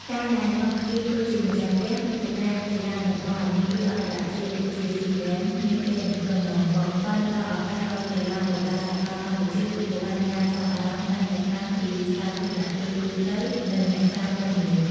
ការដែលកម្ពុជាធ្វើជាម្ចាស់ផ្ទះព្រឹត្តិការណ៍កីឡាតំបន់ ឬអន្តរជាតិ ដូចជា សុី ហ្គេម នាពេលកន្លងមក បានផ្តល់ឱកាសឲ្យកីឡាប្រដាល់សកលកម្ពុជាទទួលបានការចាប់អារម្មណ៍កាន់តែខ្លាំងពីសាធារណជនទូទៅ និងអ្នកសារព័ត៌មាន។